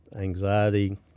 anxiety